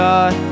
God